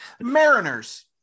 mariners